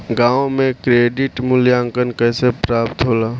गांवों में क्रेडिट मूल्यांकन कैसे प्राप्त होला?